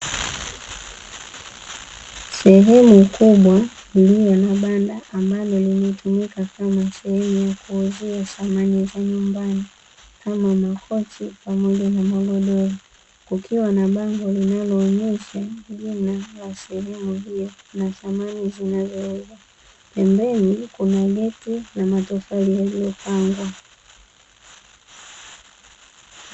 Sehemu kubwa iliyo na banda ambalo limetumika kama sehemu ya kuuzia samani za nyumbani kama: makochi pamoja na magodoro, kukiwa na bango linaloonyesha jina la sehemu hiyo na samani zinazouzwa, pembeni kuna geti na matofali yaliyopangwa.